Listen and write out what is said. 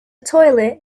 toilet